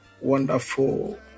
Wonderful